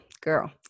girl